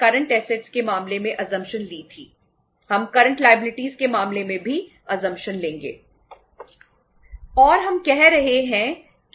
current liabilities लेंगे